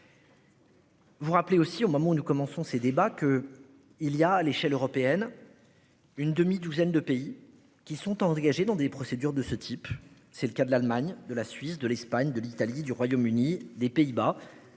Vous rappelez aussi au moment où nous commençons ces débats que il y a à l'échelle européenne. Une demi-douzaine de pays qui sont en engagés dans des procédures de ce type. C'est le cas de l'Allemagne de la Suisse de l'Espagne, de l'Italie, du Royaume-Uni, des Pays-Bas